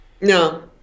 No